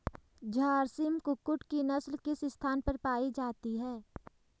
झारसिम कुक्कुट की नस्ल किस स्थान पर पाई जाती है?